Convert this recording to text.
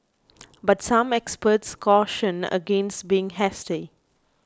but some experts cautioned against being hasty